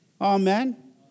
Amen